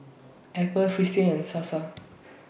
Apple Fristine and Sasa